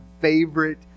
favorite